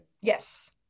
Yes